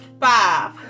Five